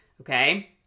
okay